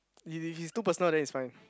if it is too personal then it's fine